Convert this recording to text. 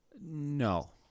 No